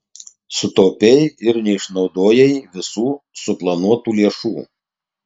sutaupei ir neišnaudojai visų suplanuotų lėšų